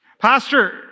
Pastor